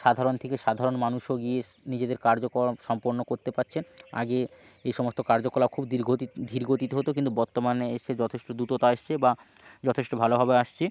সাধারণ থেকে সাধারণ মানুষও গিয়েস নিজেদের কার্যকলা সম্পন্ন করতে পাচ্ছেন আগে যে সমস্ত কার্যকলাপ খুব দীর্ঘ দি ধীর গতিতে হতো কিন্তু বত্তমানে এসে যথেষ্ট দ্রুততা এসেছে বা যথেষ্ট ভালোভাবে আসছে